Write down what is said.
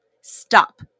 Stop